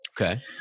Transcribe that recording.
Okay